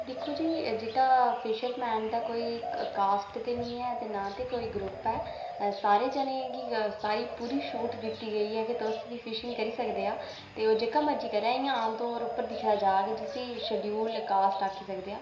दिक्खो जी जेह्का फिशरमैन दी कोई कास्ट ते निं ऐ ते नां ते कोई ग्रुप ऐ सारें जनें गी सारी पूरी छूट दित्ती गेई ऐ कि तुस बी फिशिंग करी सकदे ओ ते ओह् जेह्का मर्जी करै इ'यां आमतौर उप्पर दिक्खेआ जा कि जिसी शड्यूल कास्ट आक्खी सकदे आं